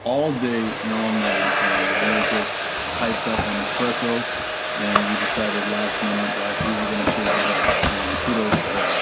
all day and all night. and we were just hyped up on espresso and we decided last minute that we were gonna shave her head and kudos to her.